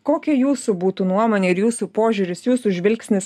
kokia jūsų būtų nuomonė ir jūsų požiūris jūsų žvilgsnis